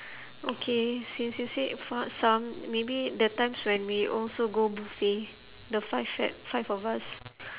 okay since you said for some maybe the times when we also go buffet the five fat five of us